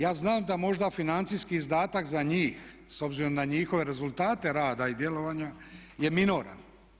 Ja znam da možda financijski izdatak za njih s obzirom na njihove rezultate rada i djelovanja je minoran.